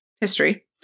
history